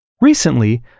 Recently